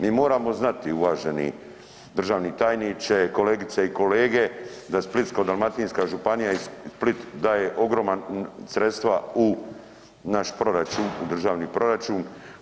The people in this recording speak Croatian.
Mi moramo znati, uvaženi državni tajniče, kolegice i kolege, da Splitsko-dalmatinska županija i Split daje ogroman sredstva u naš proračun, u državni proračun.